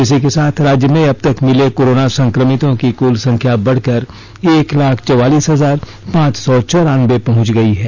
इसी के साथ राज्य में अब तक मिले कोरोना संक्रमितों की कुल संख्या बढ़कर एक लाख चौवालीस हजार पांच सौ चौरानबे पहुंच गई है